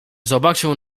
zobaczył